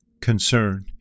concern